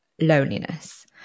loneliness